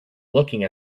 looking